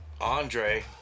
Andre